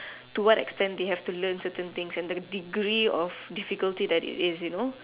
to what extent they have to learn certain things and the degree of difficulty that it is you know